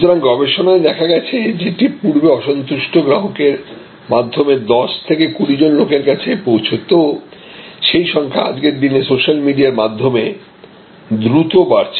সুতরাং গবেষণায়ে দেখা গেছে যেটা পূর্বে অসন্তুষ্ট গ্রাহকের মাধ্যমে 10 থেকে 20 জন লোকের কাছে পৌঁছত সেই সংখ্যা আজকের দিনে সোশ্যাল মিডিয়ার মাধ্যমে দ্রুত বাড়ছে